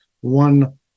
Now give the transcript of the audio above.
one